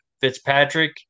Fitzpatrick